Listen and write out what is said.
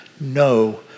no